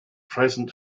present